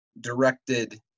directed